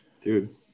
dude